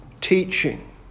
teaching